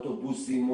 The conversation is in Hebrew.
אוטובוסים,